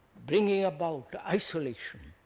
bringing about isolation,